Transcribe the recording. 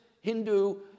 Hindu